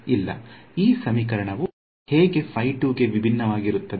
ಇಲ್ಲ ಈ ಸಮೀಕರಣವು ಹೇಗೆ ಗೆ ಭಿನ್ನವಾಗಿರುತ್ತದೆ